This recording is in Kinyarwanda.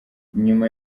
nyuma